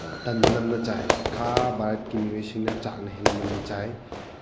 ꯇꯟꯅ ꯅꯝꯅ ꯆꯥꯏ ꯈꯥ ꯚꯥꯔꯠꯀꯤ ꯃꯣꯑꯣꯏꯁꯤꯡꯅ ꯆꯥꯛꯅ ꯍꯦꯟꯅ ꯅꯝꯅ ꯆꯥꯏ